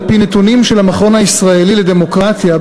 על-פי נתונים של המכון הישראלי לדמוקרטיה,